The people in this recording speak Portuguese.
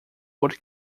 por